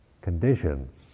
conditions